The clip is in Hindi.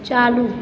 चालू